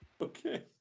okay